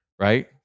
right